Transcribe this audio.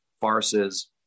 farces